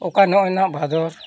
ᱚᱠᱟ ᱱᱚᱜᱼᱚᱸᱭ ᱱᱟᱦᱟᱸᱜ ᱵᱷᱟᱫᱚᱨ